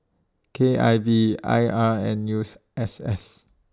K I V I R and U S S